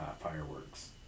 fireworks